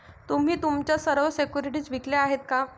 तुम्ही तुमच्या सर्व सिक्युरिटीज विकल्या आहेत का?